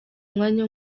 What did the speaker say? mwanya